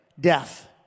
death